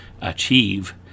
achieve